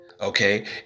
Okay